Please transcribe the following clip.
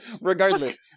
Regardless